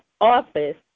office